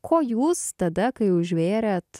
ko jūs tada kai užvėrėt